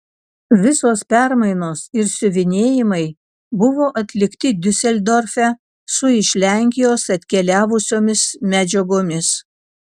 visos permainos ir siuvinėjimai buvo atlikti diuseldorfe su iš lenkijos atkeliavusiomis medžiagomis